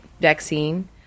vaccine